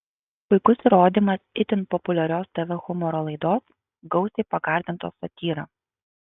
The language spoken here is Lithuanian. puikus įrodymas itin populiarios tv humoro laidos gausiai pagardintos satyra